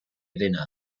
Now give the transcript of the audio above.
denaro